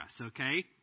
okay